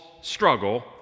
struggle